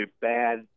bad